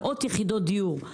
מאות יחידות דיור,